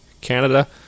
Canada